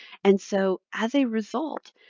and so as a result,